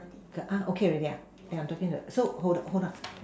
uh okay already ah I'm talking so hold hold on